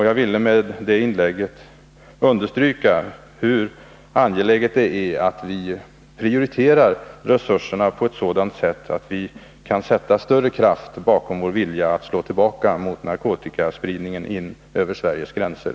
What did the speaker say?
Jag ville med mitt inlägg understryka hur angeläget det är att vi gör sådana prioriteringar när det gäller resurserna att vi kan sätta större kraft bakom vår vilja att slå tillbaka mot narkotikaspridningen in över Sveriges gränser.